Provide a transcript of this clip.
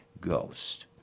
Ghost